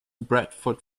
bradford